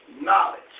knowledge